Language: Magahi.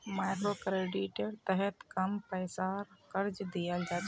मइक्रोक्रेडिटेर तहत कम पैसार कर्ज दियाल जा छे